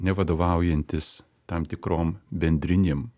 ne vadovaujantis tam tikrom bendrinėm